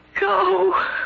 go